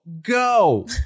Go